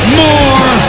more